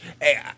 Hey